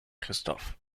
christoph